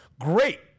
great